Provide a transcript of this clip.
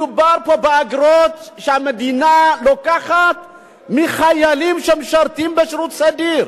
מדובר פה באגרות שהמדינה לוקחת מחיילים שמשרתים בשירות סדיר.